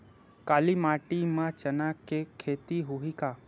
काली माटी म चना के खेती होही का?